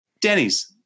Denny's